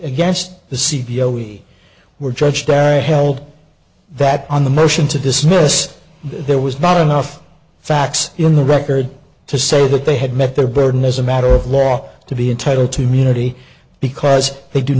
against the c b l we were judge perry held that on the motion to dismiss there was not enough facts in the record to say that they had met their burden as a matter of law to be entitled to munity because they do